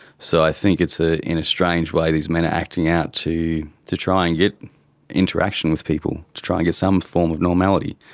so i think ah in a strange way these men are acting out to to try and get interaction with people, to try and get some form of normality.